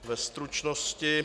Ve stručnosti.